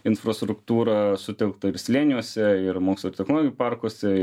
infrastruktūrą sutelktą ir slėniuose ir moksloir technologijų parkuose